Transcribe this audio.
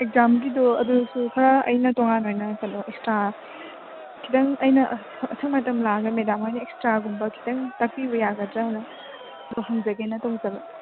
ꯑꯦꯛꯖꯥꯝꯒꯤꯗꯨ ꯑꯗꯨꯁꯨ ꯈꯔ ꯑꯩꯅ ꯇꯣꯉꯥꯟ ꯑꯣꯏꯅ ꯀꯩꯅꯣ ꯑꯦꯛꯁꯇ꯭ꯔꯥ ꯈꯤꯇꯪ ꯑꯩꯅ ꯑꯁꯪꯕ ꯃꯇꯝ ꯂꯥꯛꯂꯒ ꯃꯦꯗꯥꯝ ꯍꯣꯏꯅ ꯑꯦꯛꯁꯇ꯭ꯔꯥꯒꯨꯝꯕ ꯈꯤꯇꯪ ꯇꯥꯛꯄꯤꯕ ꯌꯥꯒꯗ꯭ꯔꯥꯅ ꯑꯩꯗꯨ ꯍꯪꯖꯒꯦꯅ ꯇꯧꯖꯕ